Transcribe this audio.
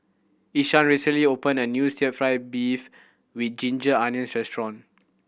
Ishaan recently opened a new still fried beef with ginger onions restaurant